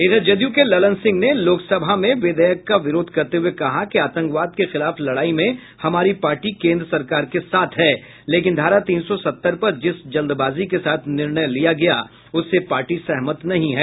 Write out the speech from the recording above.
इधर जदयू के ललन सिंह ने लोकसभा में विधेयक का विरोध करते हुए कहा कि आतंकवाद के खिलाफ लड़ाई में हमारी पार्टी केन्द्र सरकार के साथ है लेकिन धारा तीन सौ सत्तर पर जिस जल्दबाजी के साथ निर्णय लिया गया उससे पार्टी सहमत नहीं है